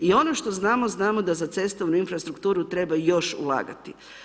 I ono što znamo, znamo da za cestovnu infrastrukturu treba još ulagati.